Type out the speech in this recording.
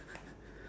ya